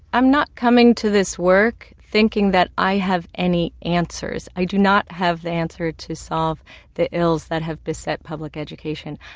i'm not coming to this work thinking that i have any answers. i do not have the answer to solve the ills that have beset public education.